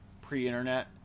pre-internet